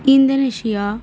Indonesia